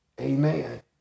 Amen